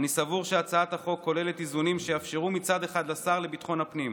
אני סבור שהצעת החוק כוללת איזונים שיאפשרו מצד אחד לשר לביטחון הפנים,